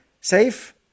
safe